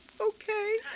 Okay